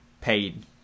paid